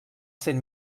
cent